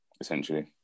essentially